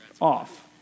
off